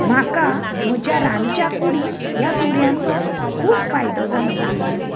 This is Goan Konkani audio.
म्हाका म्हज्या रांदच्या कुडीत ह्या सुरयांचो खूब फायदो जालो